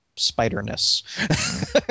Spider-ness